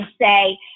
say